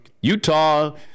Utah